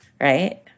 right